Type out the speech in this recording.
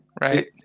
Right